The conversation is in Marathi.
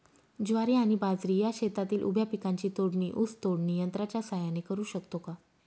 ज्वारी आणि बाजरी या शेतातील उभ्या पिकांची तोडणी ऊस तोडणी यंत्राच्या सहाय्याने करु शकतो का?